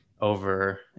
over